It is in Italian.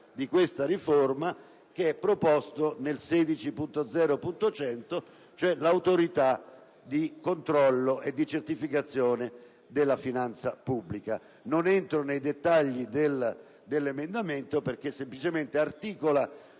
di questa riforma che è proposto nell'emendamento 16.0.100: l'Autorità di controllo e di certificazione della finanza pubblica. Non entro nei dettagli dell'emendamento, perché semplicemente articola